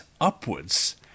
upwards